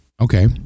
Okay